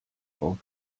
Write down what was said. frau